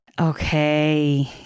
Okay